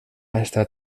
estat